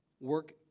work